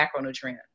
macronutrient